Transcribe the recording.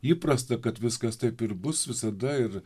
įprasta kad viskas taip ir bus visada ir